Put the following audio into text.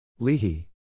Lehi